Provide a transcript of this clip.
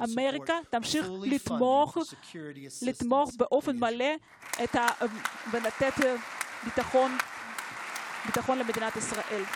אמריקה תמשיך לתמוך במימון מלא לסיוע ביטחוני למדינת ישראל.